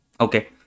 Okay